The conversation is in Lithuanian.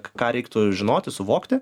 ką reiktų žinoti suvokti